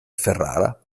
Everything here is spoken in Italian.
ferrara